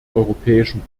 europäischen